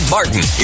Martin